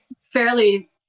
fairly